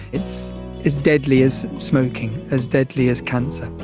it's as deadly as smoking, as deadly as cancer.